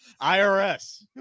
IRS